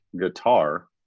guitar